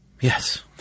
Yes